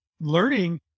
learning